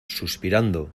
suspirando